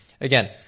again